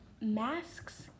masks